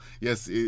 Yes